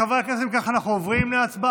חברי כנסת, אם כך, אנחנו עוברים להצבעה,